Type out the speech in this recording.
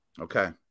Okay